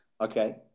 Okay